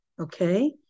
okay